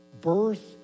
Birth